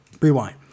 rewind